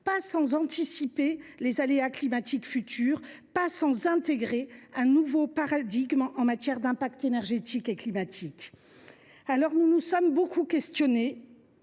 sans anticiper les aléas climatiques futurs ni intégrer un nouveau paradigme en matière d’impact énergétique et climatique. Alors nous nous sommes beaucoup questionnés.